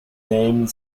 dame